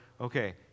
okay